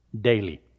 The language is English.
daily